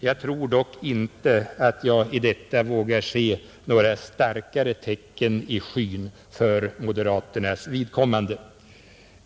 Jag tror dock inte att jag i detta vågar se några starkare tecken i skyn för moderaternas vidkommande.